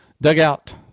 dugout